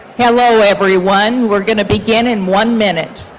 hello, everyone. we're going to begin in one minute.